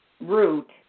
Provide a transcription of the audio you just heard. route